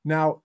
Now